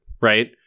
right